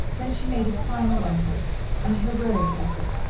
then she made a final effort an heroic effort.